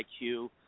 IQ